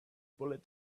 bullet